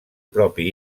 propi